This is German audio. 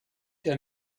der